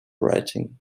writing